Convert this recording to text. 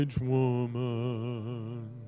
Woman